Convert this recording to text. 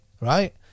right